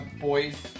boys